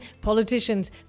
politicians